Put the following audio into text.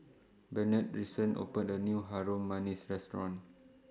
Benard recent opened A New Harum Manis Restaurant